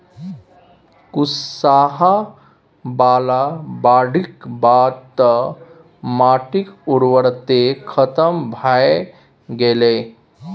कुसहा बला बाढ़िक बाद तँ माटिक उर्वरते खतम भए गेलै